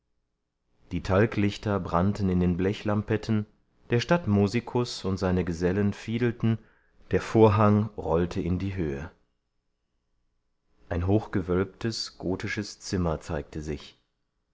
die talglichter brannten in den blechlampetten der stadtmusikus und seine gesellen fiedelten der vorhang rollte in die höhe ein hochgewölbtes gotisches zimmer zeigte sich